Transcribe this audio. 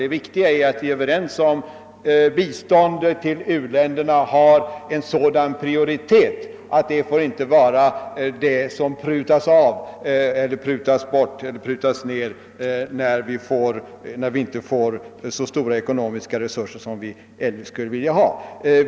Det viktiga är att vi är överens om att biståndet till u-länderna har en sådan prioritet, att det inte prutas ned, när vi inte har så stora ekonomiska resurser som vi skulle önskat.